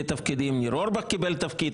תפקידים למשל ניר אורבך קיבל תפקיד,